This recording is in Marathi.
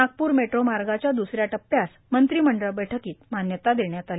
नागपूर मेट्रो मार्गाच्या द्सऱ्या टप्प्यास मंत्रिमंडळ बैठकीत मान्यता देण्यात आली